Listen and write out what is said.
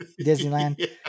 Disneyland